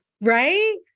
right